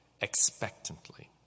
expectantly